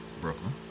Brooklyn